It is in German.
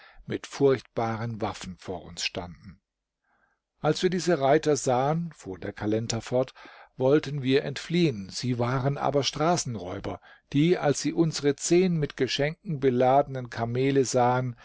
mit furchtbaren waffen vor uns standen als wir diese reiter sahen fuhr der kalender fort wollten wir entfliehen sie waren aber straßenräuber die als sie unsere zehn mit geschenken beladenen kamele sahen